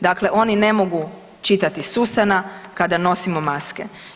Dakle, oni ne mogu čitati s usana kada nosimo maske.